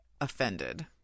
offended